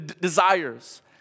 desires